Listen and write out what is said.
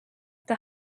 that